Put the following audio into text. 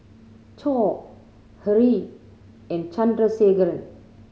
Choor Hri and Chandrasekaran